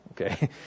okay